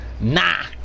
nah